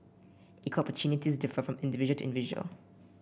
equal opportunities differ from individual to individual